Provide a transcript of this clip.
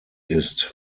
ist